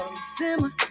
simmer